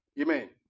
amen